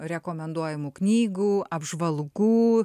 rekomenduojamų knygų apžvalgų